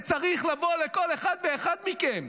זה צריך לבוא מכל אחד ואחד מכם.